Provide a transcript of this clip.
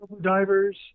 Divers